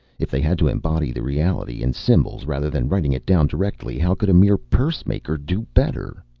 if they had to embody the reality in symbols rather than writing it down directly, how could a mere pursemaker do better?